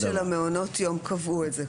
אגב, --- של מעונות יום קבעו את זה.